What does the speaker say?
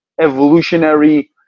evolutionary